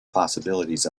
possibilities